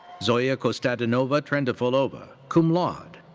zoya kostadinova trendafilova, cum laude.